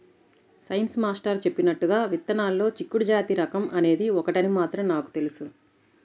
science master చెప్పినట్లుగా విత్తనాల్లో చిక్కుడు జాతి రకం అనేది ఒకటని మాత్రం నాకు తెలుసు